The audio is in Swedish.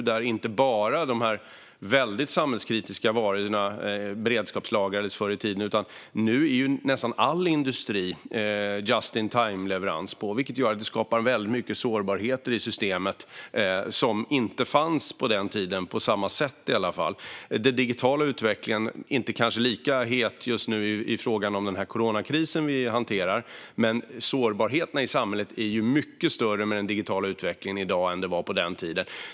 Det gäller inte bara de varor som är av mycket kritisk betydelse för samhället, som förr i tiden beredskapslagrades, utan nu har nästan all industri just in time-leverans. Detta skapar sårbarheter i systemet som inte fanns på den tiden - i alla fall inte på samma sätt. Den digitala utvecklingen är kanske inte lika het just nu, när vi hanterar coronakrisen, men sårbarheterna i samhället är mycket större i dag - med den digitala utvecklingen - än de var på den tiden.